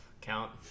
count